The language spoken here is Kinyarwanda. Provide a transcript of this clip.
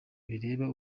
bireba